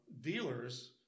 dealers